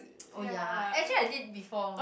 oh ya actually I did before